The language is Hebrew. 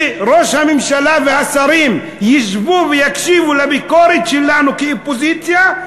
כדי שראש הממשלה והשרים ישבו ויקשיבו לביקורת שלנו כאופוזיציה,